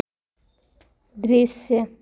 दृश्य